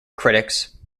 critics